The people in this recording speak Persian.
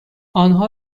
آنها